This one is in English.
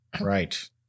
Right